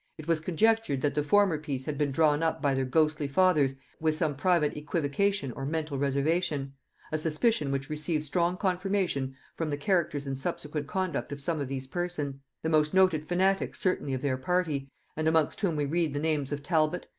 it was conjectured that the former piece had been drawn up by their ghostly fathers with some private equivocation or mental reservation a suspicion which receives strong confirmation from the characters and subsequent conduct of some of these persons the most noted fanatics certainly of their party and amongst whom we read the names of talbot,